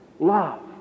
love